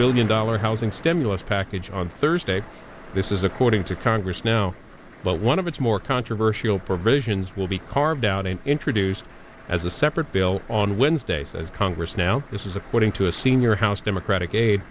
billion dollars housing stimulus package on thursday this is according to congress now but one of its more controversial provisions will be carved out and introduced as a separate bill on wednesday says congress now this is according to a senior house democratic aid